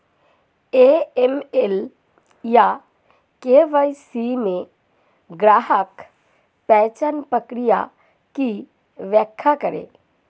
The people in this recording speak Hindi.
ए.एम.एल या के.वाई.सी में ग्राहक पहचान प्रक्रिया की व्याख्या करें?